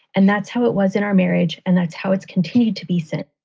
and that's how it was in our marriage. and that's how it's continued to be set.